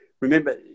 Remember